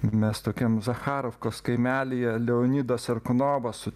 mes tokiam zacharovkos kaimelyje leonidą sarkunovą su